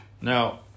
Now